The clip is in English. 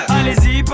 Allez-y